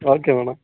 okay madam